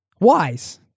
wise